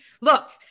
look